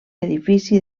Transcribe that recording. edifici